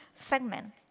segment